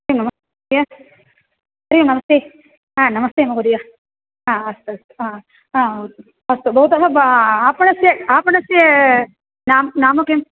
नमस्ते हरिः ओं नमस्ते हा नमस्ते महोदय अस्तु अस्तु ह ह अस्तु भवतः आपणस्य आपणस्य नाम नाम किं